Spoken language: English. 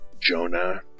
Jonah